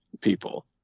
people